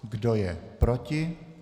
Kdo je proti?